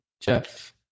jeff